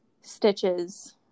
stitches